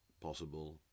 possible